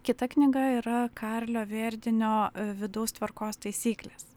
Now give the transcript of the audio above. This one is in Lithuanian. kita knyga yra karlio vėrdinio vidaus tvarkos taisyklės